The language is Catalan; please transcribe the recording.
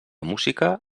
música